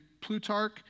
Plutarch